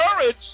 courage